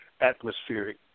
atmospheric